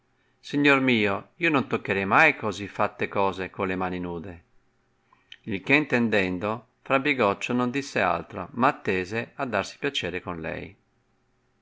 signor mio io non toccherei mai così fatte cose con le mani nude il che intendendo fra bigoccio non disse altro ma attese a darsi piacere con lei